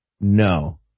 no